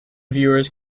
viewers